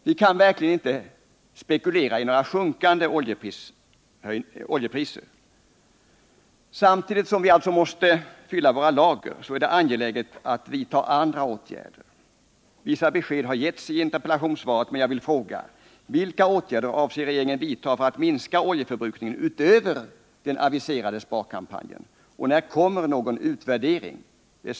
Vi kan verkligen inte spekulera i sjunkande oljepriser. Samtidigt som vi måste fylla våra lager är det angeläget att vidta andra åtgärder. Vissa besked har getts i interpellationssvaret, men jag vill fråga: Vilka åtgärder avser regeringen att vidta för att minska oljeförbrukningen, utöver den aviserade sparkampanjen? Och när kommer någon utvärdering?